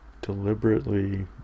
deliberately